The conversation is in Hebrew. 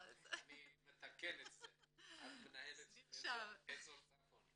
את מנהלת אזור צפון.